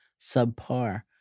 subpar